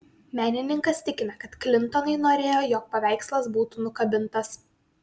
menininkas tikina kad klintonai norėjo jog paveikslas būtų nukabintas